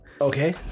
okay